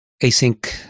async